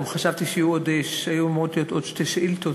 גם חשבתי שהיו אמורות להיות עוד שתי שאילתות,